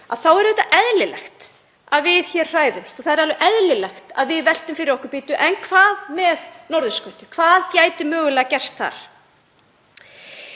þá er eðlilegt að við hræðumst og það er alveg eðlilegt að við veltum fyrir okkur: Og hvað með norðurskautið? Hvað gæti mögulega gerst þar?